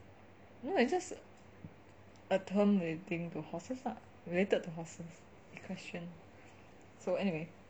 no it's just a term relating to horses lah related to horses equestrian so anyway